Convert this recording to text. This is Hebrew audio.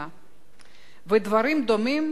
ראשונת המציגים,